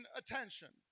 attention